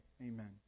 Amen